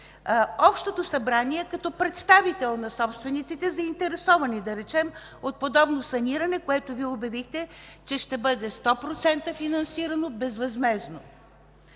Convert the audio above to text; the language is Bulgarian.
Общото събрание като представител на собствениците, заинтересовани, да речем, от подобно саниране, което Вие обявихте, че ще бъде 100% финансирано безвъзмездно?